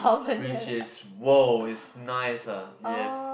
which is !woah! it's nice ah yes